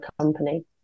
company